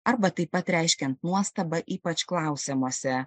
arba taip pat reiškiant nuostabą ypač klausimuose